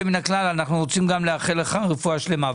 מן הכלל אנחנו רוצים גם לאחל לך רפואה שלמה.